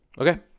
okay